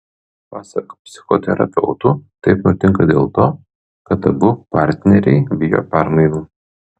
pasak psichoterapeutų taip nutinka dėl to kad abu partneriai bijo permainų